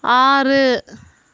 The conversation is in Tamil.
ஆறு